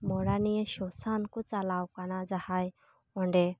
ᱢᱚᱲᱟ ᱱᱤᱭᱟᱹ ᱥᱚᱥᱟᱱ ᱠᱚ ᱪᱟᱞᱟᱣ ᱠᱟᱱᱟ ᱡᱟᱦᱟᱸᱭ ᱚᱸᱰᱮ